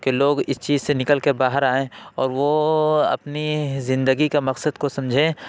کہ لوگ اس چیز سے نکل کے باہر آئیں اور وہ اپنی زندگی کا مقصد کو سمجھیں